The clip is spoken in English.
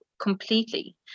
completely